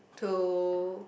to